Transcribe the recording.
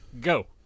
go